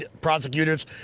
prosecutors